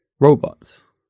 robots